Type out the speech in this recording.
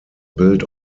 built